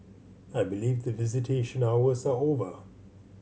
I believe the visitation hours are over